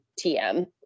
TM